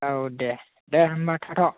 औ दे दे होनबा थाथ'